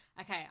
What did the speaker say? okay